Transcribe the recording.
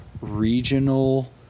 regional